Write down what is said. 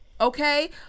Okay